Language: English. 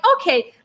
okay